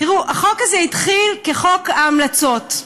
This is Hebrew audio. תראו, החוק הזה התחיל כחוק ההמלצות,